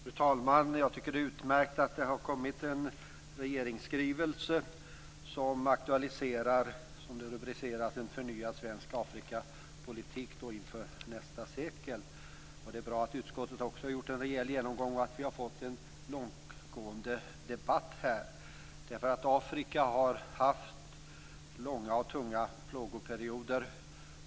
Fru talman! Jag tycker att det är utmärkt att det har kommit en regeringsskrivelse som aktualiserar, som det är rubricerat, en förnyad svensk Afrikapolitik inför nästa sekel. Det är också bra att utskottet har gjort en rejäl genomgång och att vi här har fått en ingående debatt. Afrika har haft långa och tunga plågoperioder.